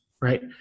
right